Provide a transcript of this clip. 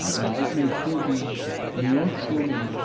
um now it may still be new york still may,